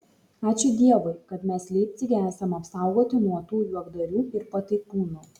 ačiū dievui kad mes leipcige esame apsaugoti nuo tų juokdarių ir pataikūnų